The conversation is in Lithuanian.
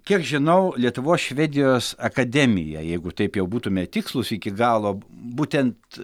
kiek žinau lietuvos švedijos akademija jeigu taip jau būtume tikslūs iki galo būtent